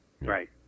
Right